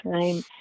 time